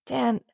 Dan